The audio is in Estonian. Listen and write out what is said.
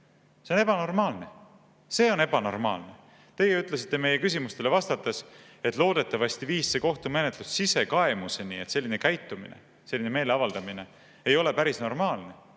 See on ebanormaalne. See on ebanormaalne! Teie ütlesite meie küsimustele vastates, et loodetavasti viis see kohtumenetlus sisekaemuseni, et selline käitumine, selline meeleavaldamine ei ole päris normaalne.